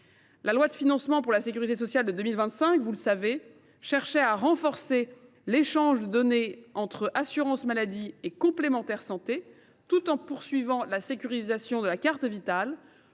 la loi de financement de la sécurité sociale pour 2025, nous avions prévu de renforcer l’échange des données entre l’assurance maladie et les complémentaires santé, tout en poursuivant la sécurisation de la carte Vitale.